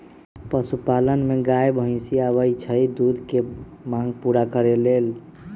पशुपालन में गाय भइसी आबइ छइ दूध के मांग पुरा करे लेल